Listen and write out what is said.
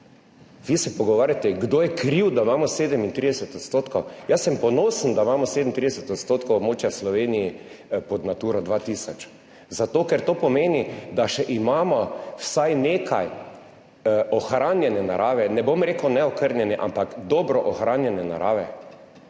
Vi se pogovarjate kdo je kriv, da imamo 37 %. Jaz sem ponosen, da imamo 37 % območja v Sloveniji pod Naturo 2000, zato ker to pomeni, da še imamo vsaj nekaj ohranjene narave, ne bom rekel neokrnjene, ampak dobro ohranjene narave,